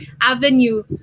avenue